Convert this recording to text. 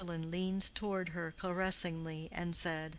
gwendolen leaned toward her caressingly and said,